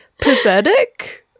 Pathetic